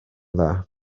dda